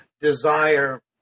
desire